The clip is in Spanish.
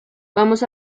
vamos